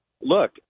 Look